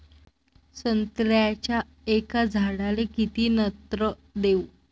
संत्र्याच्या एका झाडाले किती नत्र देऊ?